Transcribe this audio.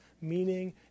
meaning